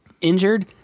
injured